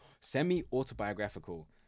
semi-autobiographical